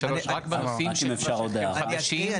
לסעיף 33, רק בנושאים --- אני אקריא.